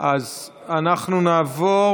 אז אנחנו נעבור